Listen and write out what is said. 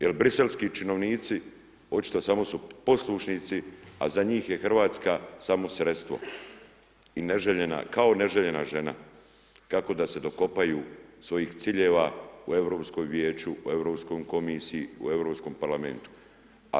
Jer briselski činovnici očito samo su poslušnici a za njih je Hrvatska samo sredstvo i neželjena, kao neželjena žena, kako da se dokopaju svojih ciljeva u Europskom vijeću, u Europskoj komisiji, u Europskom parlamentu.